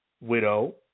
widow